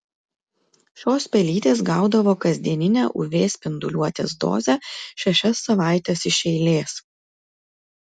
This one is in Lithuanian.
šios pelytės gaudavo kasdieninę uv spinduliuotės dozę šešias savaites iš eilės